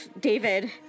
David